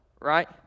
right